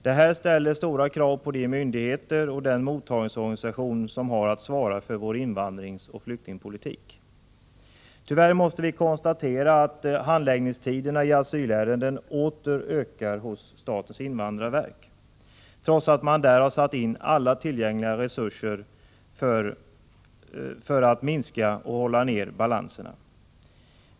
Det här ställer stora krav på de myndigheter och den mottagningsorganisation som har att svara för vår invandringsoch flyktingpolitik. Tyvärr måste vi konstatera att handläggningstiderna i asylärenden åter ökar hos statens invandrarverk, trots att man där har satt in alla tillgängliga resurser för att minska balanserna.